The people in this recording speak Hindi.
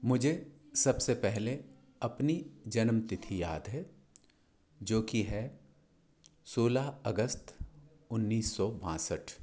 मुझे सबसे पहले अपनी जन्मतिथि याद है जो की है सोलह अगस्त उन्नीस सौ बासठ